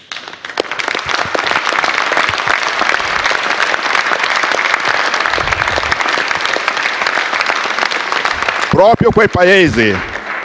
Proprio quel Paese